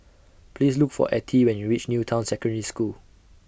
Please Look For Attie when YOU REACH New Town Secondary School